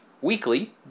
weekly